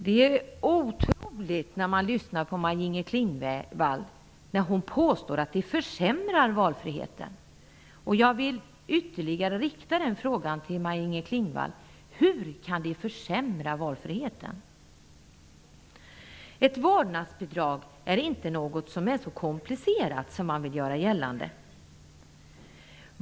Maj-Inger Klingvall påstår att vårdnadsbidraget försämrar valfriheten -- det är otroligt. Jag vill till Ett vårdnadsbidrag är inte så komplicerat som man vill göra gällande.